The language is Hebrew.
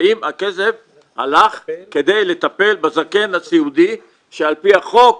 האם הכסף הלך כדי לטפל בזקן הסיעודי שעל פי החוק